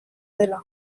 dela